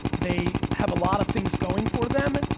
they have a lot of things going for them,